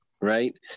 right